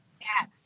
Yes